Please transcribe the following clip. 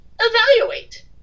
evaluate